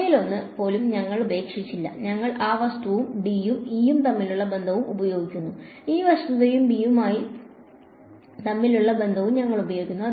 അവയിലൊന്ന് പോലും ഞങ്ങൾ ഉപേക്ഷിച്ചില്ല ഞങ്ങൾ ആ വസ്തുതയും ഡിയും ഇയും തമ്മിലുള്ള ബന്ധവും ഉപയോഗിക്കുന്നു ആ വസ്തുതയും ബിയും മയും തമ്മിലുള്ള ബന്ധവും ഞങ്ങൾ ഉപയോഗിക്കുന്നു